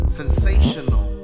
sensational